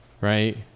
right